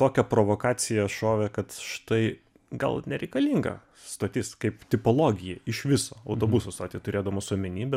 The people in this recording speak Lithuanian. tokią provokaciją šovė kad štai gal nereikalinga stotis kaip tipologija iš viso autobusų stotį turėdamas omeny bet